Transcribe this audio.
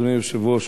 אדוני היושב-ראש,